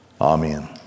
Amen